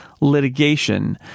litigation